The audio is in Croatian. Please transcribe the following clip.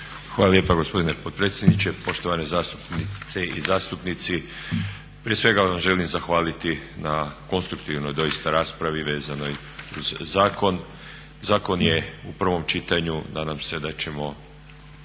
Hvala lijepa gospodine potpredsjedniče, poštovane zastupnice i zastupnici. Prije svega vam želim zahvaliti na konstruktivnoj, doista raspravi vezanoj uz zakon. Zakon je u prvom čitanju. Nadam se da ćemo